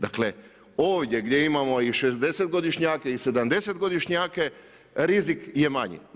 Dakle ovdje gdje imamo i 60-godišnjake i 70-godišnjake, rizik je manji.